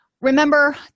Remember